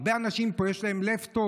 להרבה אנשים פה יש לב טוב,